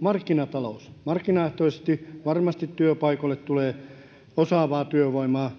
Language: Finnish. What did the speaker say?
markkinatalous markkinaehtoisesti varmasti työpaikoille tulee osaavaa työvoimaa